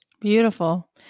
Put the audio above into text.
Beautiful